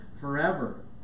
forever